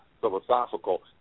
philosophical